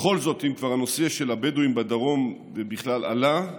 בכל זאת, אם כבר נושא הבדואים בדרום ובכלל עלה,